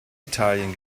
italien